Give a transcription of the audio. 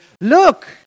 look